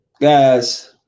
guys